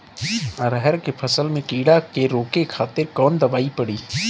अरहर के फसल में कीड़ा के रोके खातिर कौन दवाई पड़ी?